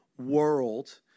world